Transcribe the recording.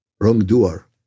wrongdoer